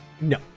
No